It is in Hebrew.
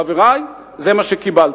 חברי, זה מה שקיבלתם.